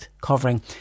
covering